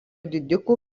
didikų